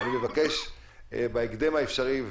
אני מבקש לקבל בהקדם האפשרי,